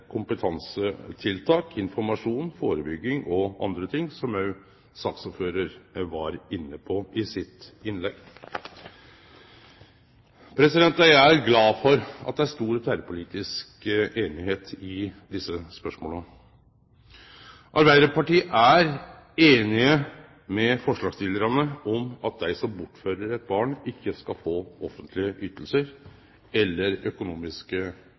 informasjon, førebygging og andre ting, som også saksordføraren var inne på i innlegget sitt. Eg er glad for at det er stor tverrpolitisk einigheit i desse spørsmåla. Arbeidarpartiet er einig med forslagsstillarane i at dei som bortfører eit barn, ikkje skal få offentlege ytingar eller økonomiske